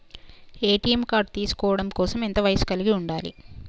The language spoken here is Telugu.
ఏ.టి.ఎం కార్డ్ తీసుకోవడం కోసం ఎంత వయస్సు కలిగి ఉండాలి?